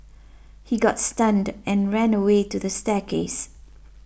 he got stunned and ran away to the staircase